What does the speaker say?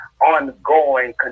ongoing